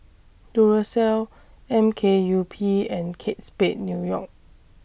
Duracell M K U P and Kate Spade New York